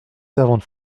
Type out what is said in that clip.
servante